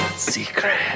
Secret